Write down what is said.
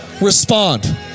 respond